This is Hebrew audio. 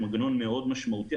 שהוא מנגנון מאוד משמעותי.